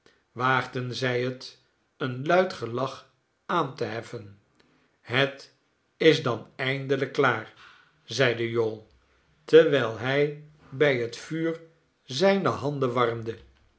waagden zij het een luid gelach aan te heffen het is dan eindelijk klaar zeide jowl terwijl hij bij het vuur zijne handen warmde